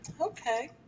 Okay